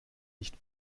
nicht